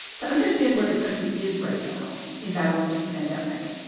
to understand where the country is right now in battling this pandemic.